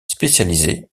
spécialisée